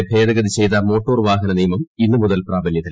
ടെ ഭേദഗതി ചെയ്ത മോട്ടോർ വാഹ്ഹന്ന നിയമം ഇന്ന് മുതൽ പ്രാബല്യത്തിൽ